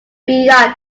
beyond